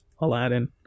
Aladdin